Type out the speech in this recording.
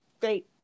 great